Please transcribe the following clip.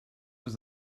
was